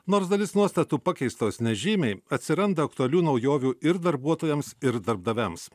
nors dalis nuostatų pakeistos nežymiai atsiranda aktualių naujovių ir darbuotojams ir darbdaviams